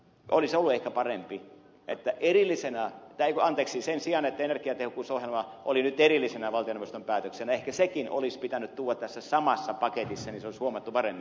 olisi lueta parempi että erillisenä ja ikoniksi sen sijaan että energiatehokkuusohjelma oli nyt erillisenä valtioneuvoston päätöksenä ehkä sekin olisi pitänyt tuoda tässä samassa paketissa niin se olisi huomattu paremmin